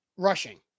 rushing